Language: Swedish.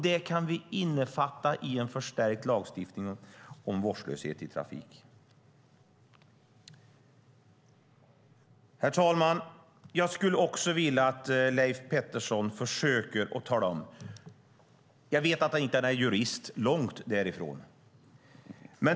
Det kan vi innefatta i en förstärkt lagstiftning om vårdslöshet i trafik. Herr talman! Jag skulle vilja att Leif Pettersson försöker att tala om något. Jag vet att han inte är jurist, långt därifrån.